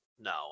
no